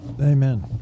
Amen